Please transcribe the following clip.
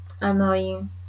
annoying